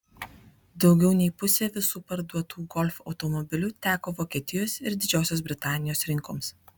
daugiau nei pusė visų parduotų golf automobilių teko vokietijos ir didžiosios britanijos rinkoms